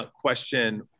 question